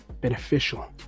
beneficial